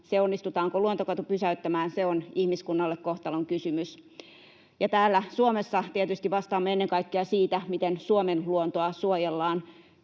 Se, onnistutaanko luontokato pysäyttämään, on ihmiskunnalle kohtalonkysymys, ja täällä Suomessa tietysti vastaamme ennen kaikkea siitä, miten Suomen luontoa suojellaan.